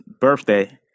birthday